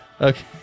Okay